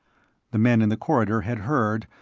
the men in the corridor had heard,